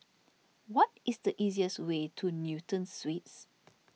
what is the easiest way to Newton Suites